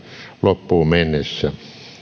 loppuun mennessä